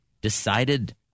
decided